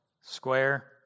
square